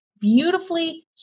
beautifully